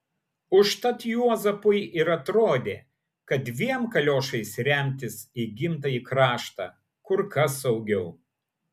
užtat juozapui ir atrodė kad dviem kaliošais remtis į gimtąjį kraštą kur kas saugiau